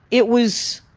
it was,